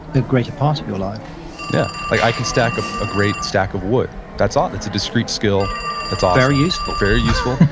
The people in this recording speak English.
a greater part of your life yeah. i can stack ah a great stack of wood. that's ah that's a discrete skill that's awesome very useful very useful.